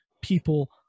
people